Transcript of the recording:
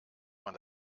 man